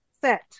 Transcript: set